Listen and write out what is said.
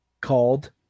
called